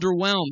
underwhelmed